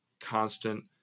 constant